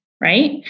right